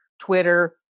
Twitter